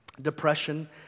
Depression